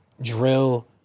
drill